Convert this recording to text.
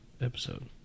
episode